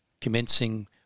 commencing